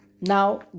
Now